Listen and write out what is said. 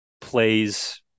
plays